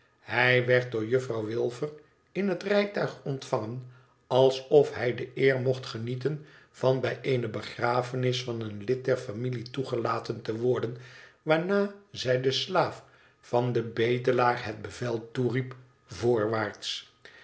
hij werd door juffrouw wilfer in het rijtuig ontvangen alsof hij de eer mocht genieten van bijeene begrafenis van een lid der familie toegelaten te worden waarna zij den slaaf van den bedelaar het bevel toenep voorwaarts